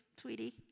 sweetie